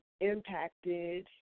impacted